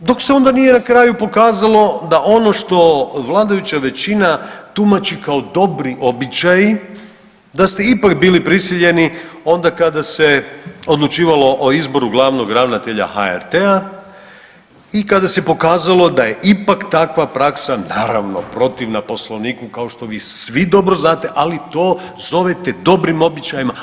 I, dok se onda nije na kraju pokazalo da ono što vladajuća većina tumači kao dobri običaji da ste ipak bili prisiljeni onda kada se odlučivalo o izboru glavnog ravnatelja HRT-a i kada se pokazalo da je ipak takva praksa naravno protivna poslovniku kao što vi svi dobro znate, ali to zovete dobrim običajima.